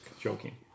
joking